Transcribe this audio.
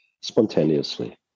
spontaneously